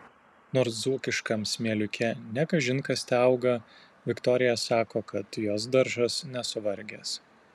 nors dzūkiškam smėliuke ne kažin kas teauga viktorija sako kad jos daržas nesuvargęs